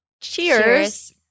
Cheers